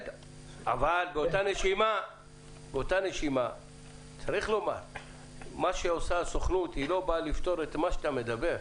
אבל באותה נשימה צריך לומר שהסוכנות לא באה לפתור את מה שאתה אומר.